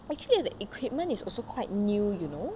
actually the equipment is also quite new you know